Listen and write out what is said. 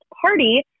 Party